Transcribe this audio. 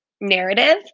narrative